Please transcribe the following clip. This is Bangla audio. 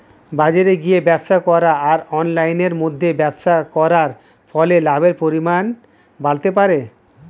বাজারে গিয়ে ব্যবসা করা আর অনলাইনের মধ্যে ব্যবসা করার ফলে লাভের পরিমাণ বাড়তে পারে?